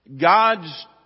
God's